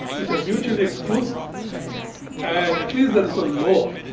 which are mutually exclusive? and at least there's a law,